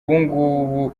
ubu